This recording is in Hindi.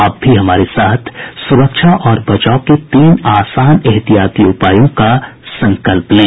आप भी हमारे साथ सुरक्षा और बचाव के तीन आसान एहतियाती उपायों का संकल्प लें